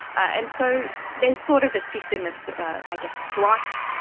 and so there's sort of a system of i guess strikes.